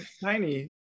tiny